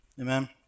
Amen